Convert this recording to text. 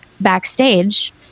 backstage